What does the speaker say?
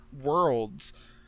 Worlds